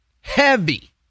Heavy